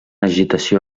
agitació